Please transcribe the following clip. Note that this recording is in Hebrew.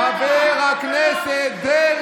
רמאי ונוכל, תתבייש לך.